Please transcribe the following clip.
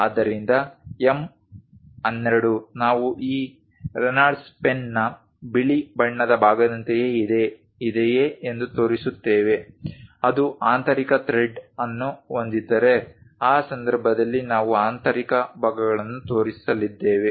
ಆದ್ದರಿಂದ M 12 ನಾವು ಆ ರೆನಾಲ್ಡ್ಸ್ ಪೆನ್ನ ಬಿಳಿ ಬಣ್ಣದ ಭಾಗದಂತೆಯೇ ಇದೆಯೇ ಎಂದು ತೋರಿಸುತ್ತೇವೆ ಅದು ಆಂತರಿಕ ಥ್ರೆಡ್ ಅನ್ನು ಹೊಂದಿದ್ದರೆ ಆ ಸಂದರ್ಭದಲ್ಲಿ ನಾವು ಆಂತರಿಕ ಭಾಗಗಳನ್ನು ತೋರಿಸಲಿದ್ದೇವೆ